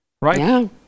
right